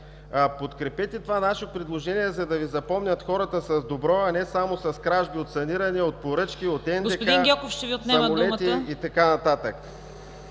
Подкрепете предложението ни, за да Ви запомнят хората с добро, а не само с кражби от саниране, от поръчки, от НДК, самолети и така нататък.